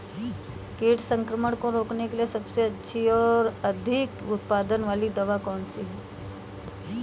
कीट संक्रमण को रोकने के लिए सबसे अच्छी और अधिक उत्पाद वाली दवा कौन सी है?